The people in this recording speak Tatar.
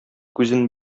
күзен